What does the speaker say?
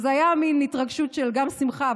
הייתה מין התרגשות של גם שמחה,